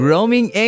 Roaming